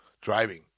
driving